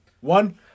one